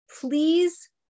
please